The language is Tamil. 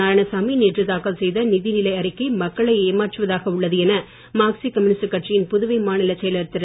நாராயணசாமி நேற்று தாக்கல் செய்த நிதிநிலை அறிக்கை மக்களை ஏமாற்றுவதாக உள்ளது என மார்க்சீய கம்யூனிஸ்ட் கட்சியின் புதுவை மாநிலச் செயலர் திரு